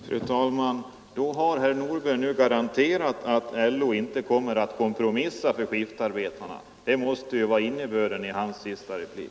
Fru talman! Då har herr Nordberg nu garanterat att LO inte kommer att kompromissa för skiftarbetarna det måste ju vara innebörden av hans senaste replik.